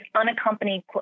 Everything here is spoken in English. unaccompanied